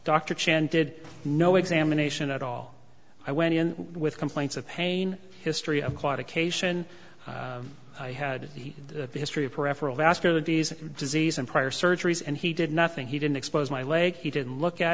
dr chen did no examination at all i went in with complaints of pain history aquatic ation i had a history of peripheral vascular disease disease and prior surgeries and he did nothing he didn't expose my leg he didn't look at